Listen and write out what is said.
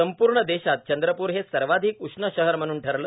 संपूर्ण देशात चंद्रपूर हे सर्वाधीक उष्ण शहर म्हणून ठरलं